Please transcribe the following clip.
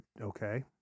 Okay